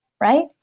Right